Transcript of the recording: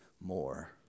more